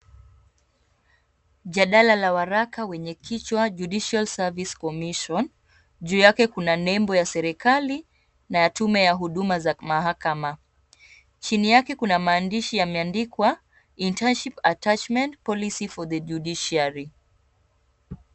Jadala la waraka wenye kichwa Judicial Service Commission. Juu yake kuna nembo ya serikali na ya tume ya huduma za mahakama. Chini yake kuna maandishi yameandikwa internship attachment policy for the judiciary .